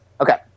Okay